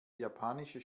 japanische